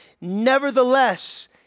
Nevertheless